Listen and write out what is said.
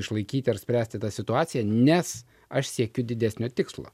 išlaikyti ar spręsti tą situaciją nes aš siekiu didesnio tikslo